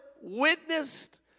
witnessed